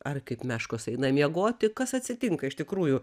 ar kaip meškos eina miegoti kas atsitinka iš tikrųjų